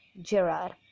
Gerard